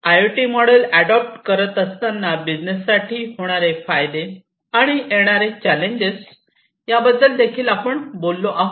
I O T model adopt करत असताना business साठी होणारे फायदे आणि येणारे चॅलेंजेस याबद्दल आपण बोललो आहोत